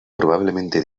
probablemente